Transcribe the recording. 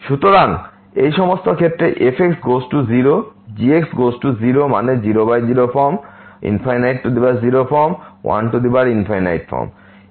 সুতরাং এই সমস্ত ক্ষেত্রে f goes to 0 g goes to 0 মানে 00 ফর্ম 0 ফর্ম 1 ফর্ম